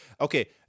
Okay